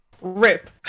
rip